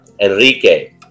Enrique